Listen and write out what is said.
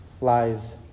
lies